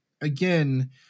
again